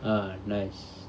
ah nice